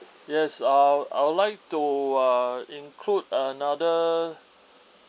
yes uh I would like to uh include another